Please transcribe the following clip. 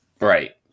Right